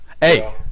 Hey